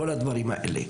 כל הדברים האלה,